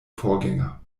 vorgänger